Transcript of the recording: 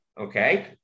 okay